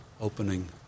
opening